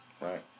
right